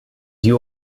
die